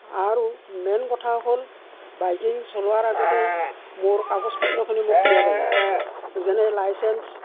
আৰু মেইন কথা হ'ল বাইকিং চলোৱাৰ আগতে মোৰ কাগজ পত্ৰখিনিও মোক ক্লিয়াৰ লাগিব যেনে লাইচেঞ্চ